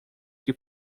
que